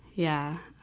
yeah.